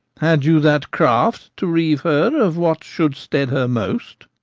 had you that craft to reave her of what should stead her most?